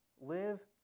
Live